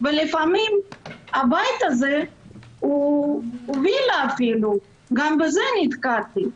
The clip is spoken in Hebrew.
ולפעמים הבית הזה הוא וילה, מצב שנתקלתי בו.